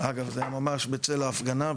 אגב ממש בצל ההפגנה,